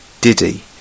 Diddy